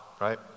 right